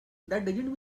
doesn’t